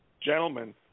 gentlemen